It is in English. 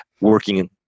working